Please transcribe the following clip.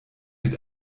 mit